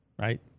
right